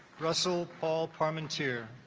russell paul parmentier